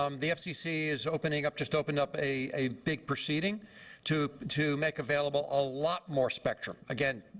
um the fcc is opening up just opened up a big proceeding to to make available a lot more spectrum. again,